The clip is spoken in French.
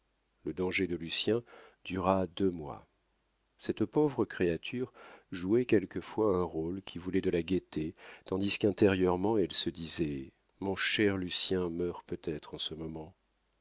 le danger de lucien dura deux mois cette pauvre créature jouait quelquefois un rôle qui voulait de la gaieté tandis qu'intérieurement elle se disait mon cher lucien meurt peut-être en ce moment